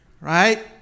Right